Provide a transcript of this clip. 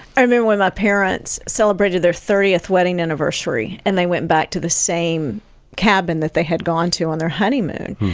i mean when my parents celebrated their thirtieth wedding anniversary and they went back to the same cabin that they had gone to on their honeymoon.